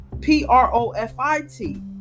p-r-o-f-i-t